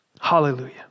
Hallelujah